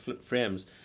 frames